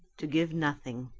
to give nothing.